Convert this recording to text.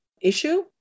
issue